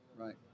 right